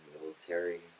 military